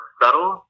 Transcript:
subtle